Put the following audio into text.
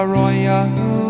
royal